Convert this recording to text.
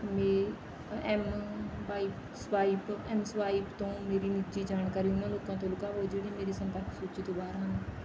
ਮੇ ਅ M wipe swipe M swipe ਤੋਂ ਮੇਰੀ ਨਿੱਜੀ ਜਾਣਕਾਰੀ ਉਹਨਾਂ ਲੋਕਾਂ ਤੋਂ ਲੁਕਾਓ ਜਿਹੜੇ ਮੇਰੀ ਸੰਪਰਕ ਸੂਚੀ ਤੋਂ ਬਾਹਰ ਹਨ